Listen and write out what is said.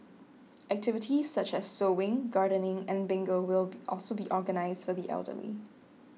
activities such as sewing gardening and bingo will be also be organised for the elderly